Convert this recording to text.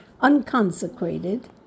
unconsecrated